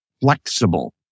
flexible